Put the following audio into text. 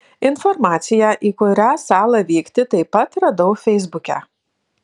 informaciją į kurią salą vykti taip pat radau feisbuke